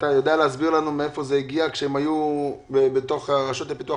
אתה יודע להסביר לנו מאיפה זה הגיע כשהם היו בתוך הרשות לפיתוח